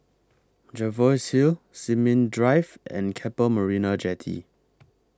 Jervois Hill Sin Ming Drive and Keppel Marina Jetty